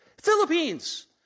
Philippines